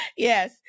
Yes